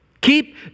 Keep